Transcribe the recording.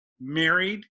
married